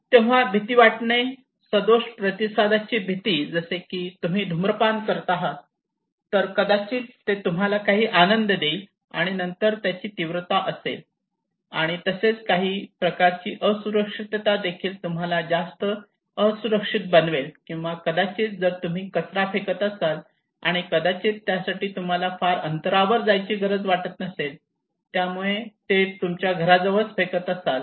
तेव्हा भीती वाटणे सदोष प्रतिसादाची भीती जसे की जर तुम्ही धुम्रपान करत आहात तर कदाचित ते तुम्हाला काही आनंद देईल आणि नंतर त्याची तीव्रता असेल आणि तसेच काही प्रकारची असुरक्षितता देखील तुम्हाला जास्त असुरक्षित बनवेल किंवा कदाचित जर तुम्ही कचरा फेकत असाल आणि कदाचित त्यासाठी तुम्हाला फार अंतरावर जायची गरज वाटत नसेल त्यामुळे तुम्ही ते तुमच्या घराच्या जवळच फेकत असाल